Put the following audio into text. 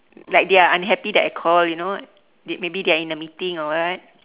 like they are unhappy that I call you know they maybe they are in a meeting or what